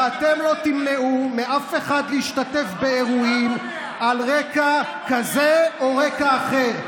ואתם לא תמנעו מאף אחד להשתתף באירועים על רקע כזה או רקע אחר.